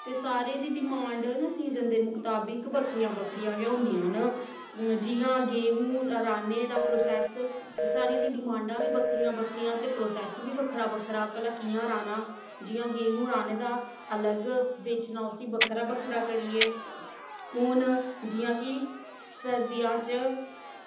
ते सारें दी डिमांड न सीजन दे मताबक बक्खरियां बक्खरियां गै होंदियां न जि'यां गेहूं र्हाने दा प्रोसैस सारें दियां डिमांडां बी बक्खरियां बक्खरियां ते प्रोसैस बी बक्खरा बक्खरा भला कि'यां र्हाना जि'यां गेहूं र्हाने दा अलग बेचना उस्सी बक्खरा बक्खरा करियै हून जि'यां कि सर्दियां च